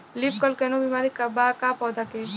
Leaf curl कौनो बीमारी बा का पौधा के?